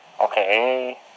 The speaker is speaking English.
Okay